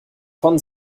von